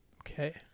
Okay